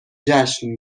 جشن